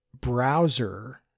browser